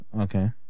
Okay